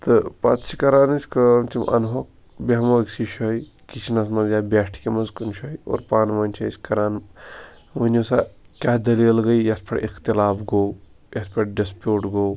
تہٕ پَتہٕ چھِ کَران أسۍ کٲم تِم اَنہوکھ بیٚہمو ٲکسٕے شٲے کِچنَس منٛز یا بیٹھکہِ منٛز کُنہِ شٲے اور پانہٕ وٲنۍ چھِ أسۍ کَران ؤنِو سا کیٛاہ دٔلیٖل گٔے یَتھ پٮ۪ٹھ اختلاف گوٚو یَتھ پٮ۪ٹھ ڈِسپیٛوٗٹ گوٚو